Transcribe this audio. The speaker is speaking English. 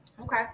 Okay